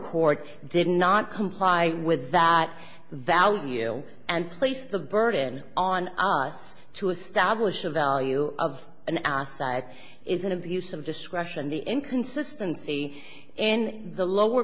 court did not comply with that value and place the burden on us to establish the value of an asset is an abuse of discretion the inconsistency in the lower